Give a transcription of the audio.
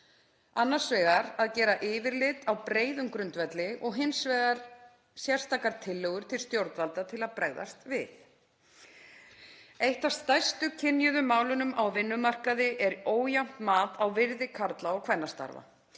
annars vegar að gera yfirlit á breiðum grundvelli og hins vegar sérstakar tillögur til stjórnvalda til að bregðast við. Eitt af stærstu kynjuðum málunum á vinnumarkaði er ójafnt mat á virði karla- og kvennastarfa,